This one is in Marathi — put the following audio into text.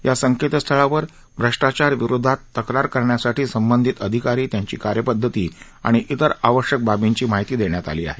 या संकेतस्थळावर श्वष्टाचाराविरोधात तक्रार करण्यासाठी संबंधित अधिकारी त्यांची कार्यपदधती आणि इतर आवश्यक बाबींची माहिती देण्यात आली आहे